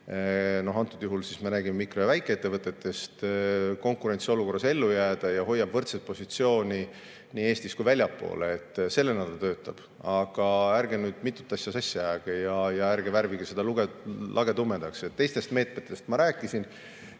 – antud juhul me räägime mikro‑ ja väikeettevõtetest – konkurentsiolukorras ellu jääda ja hoiab võrdset positsiooni nii Eestis kui ka väljaspool. Sellena see töötab. Aga ärge nüüd mitut asja sassi ajage, ärge värvige seda lage tumedaks. Teistest meetmetest ma rääkisin.